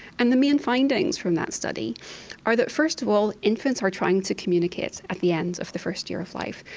and the main findings from that study are that first of all infants are trying to communicate at the end of the first year of life.